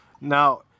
Now